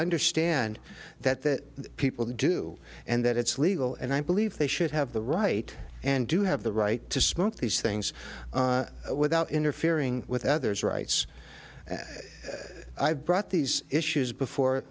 understand that the people who do and that it's legal and i believe they should have the right and do have the right to smoke these things without interfering with others rights and i brought these issues before